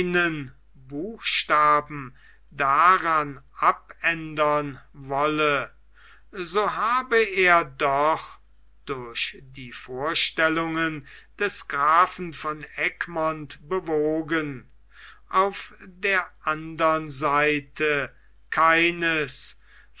buchstaben daran abändern wolle so habe er doch durch die vorstellungen des grafen von egmont bewogen auf der andern seite keines